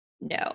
no